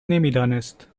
نمیدانست